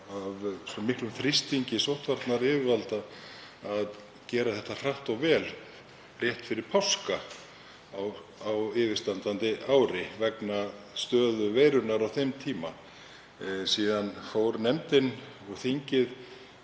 miklum þrýstingi sóttvarnayfirvalda að gera það hratt og vel rétt fyrir páska á yfirstandandi ári vegna stöðu faraldursins á þeim tíma. Síðan fór nefndin, og reyndar